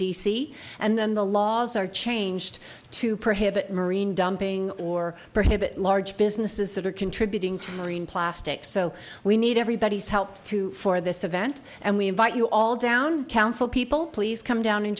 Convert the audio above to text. c and then the laws are changed to prohibit marine dumping or for hit large businesses that are contributing to marine plastics so we need everybody's help to for this event and we invite you all down council people please come down and